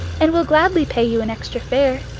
and will gladly pay you an extra fare.